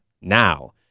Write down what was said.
now